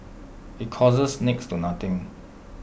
IT costs next to nothing